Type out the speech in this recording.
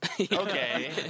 Okay